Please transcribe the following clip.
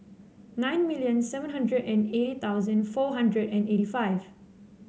nine million seven hundred and eighty thousand four hundred and eighty five